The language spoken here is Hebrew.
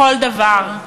בכל דבר.